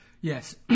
yes